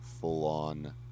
full-on